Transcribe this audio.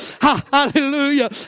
Hallelujah